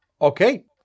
Okay